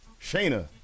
Shayna